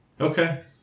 Okay